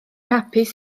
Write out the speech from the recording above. hapus